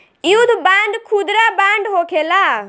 युद्ध बांड खुदरा बांड होखेला